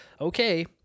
okay